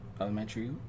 elementary